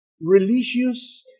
religious